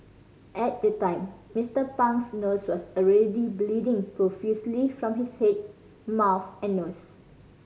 at the time Mister Pang's nose was already bleeding profusely from his head mouth and nose